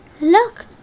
Look